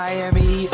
Miami